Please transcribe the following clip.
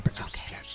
Okay